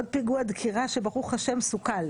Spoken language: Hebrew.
עוד פיגוע דקירה, שברוך השם, סוכל.